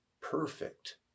perfect